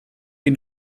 die